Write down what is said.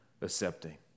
accepting